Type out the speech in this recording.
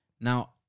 Now